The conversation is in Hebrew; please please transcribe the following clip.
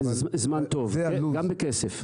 זה זמן טוב גם בכסף.